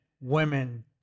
women